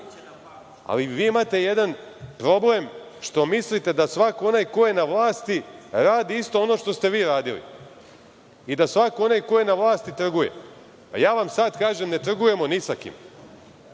godine. Vi imate jedan problem, što mislite da svako onaj ko je na vlasti radi isto ono što ste vi radili i da svako onaj ko je na vlasti trguje. Ja vam sada kažem – ne trgujemo ni sa kim.